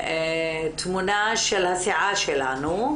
שלי מתמונה של הסיעה שלנו,